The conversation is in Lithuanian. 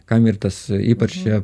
kam ir tas ypač čia